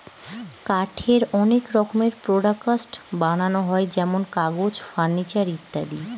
কাঠের অনেক রকমের প্রডাক্টস বানানো হয় যেমন কাগজ, ফার্নিচার ইত্যাদি